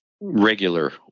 regular